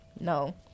no